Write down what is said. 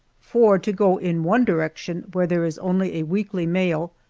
for, to go in one direction where there is only a weekly mail,